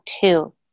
two